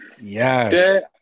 Yes